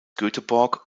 göteborg